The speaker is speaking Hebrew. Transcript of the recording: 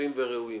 חשובים וראויים.